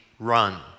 run